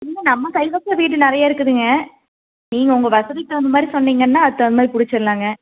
இல்லை நம்ம கைவசம் வீடு நிறைய இருக்குதுங்க நீங்கள் உங்க வசதிக்கு தகுந்தமாதிரி சொன்னீங்கன்னா அதுக்கு தகுந்தமாரி புடிச்சுர்லாங்க